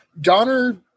Donner